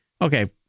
okay